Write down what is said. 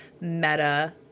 meta